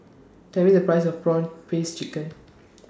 Tell Me The Price of Prawn Paste Chicken